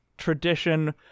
tradition